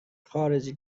خارجی